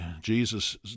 Jesus